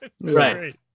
Right